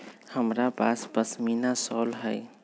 हमरा पास पशमीना शॉल हई